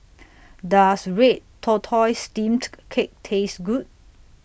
Does Red Tortoise Steamed Cake Taste Good